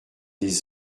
des